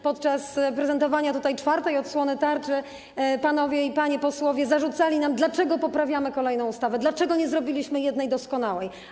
Podczas prezentowania tutaj czwartej odsłony tarczy panowie i panie posłowie zarzucali nam, dlaczego poprawiamy kolejną ustawę, dlaczego nie zrobiliśmy jednej, doskonałej.